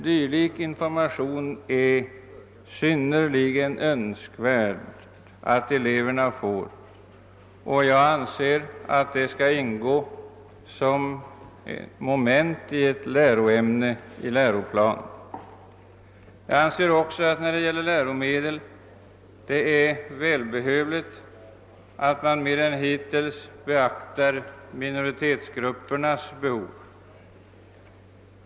Det är synnerligen önskvärt att eleverna får en dylik information, och jag anser att den bör ingå som ett moment i ett läroämne i läroplanen. När det gäller läromedel anser jag det också välbehövligt att mer än hittills beakta minoritetsgruppernas behov.